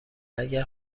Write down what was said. اگر